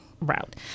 route